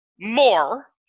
more